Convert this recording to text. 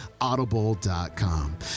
audible.com